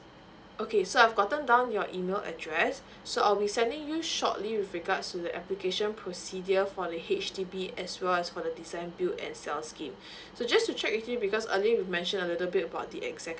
okay so I've gotten down your email address so I'll be sending you shortly with regards to the application procedure for the H_D_B as well as for the design build and sell scheme so just to check with you because early we mentioned a little bit about the